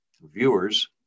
viewers